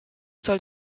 zahl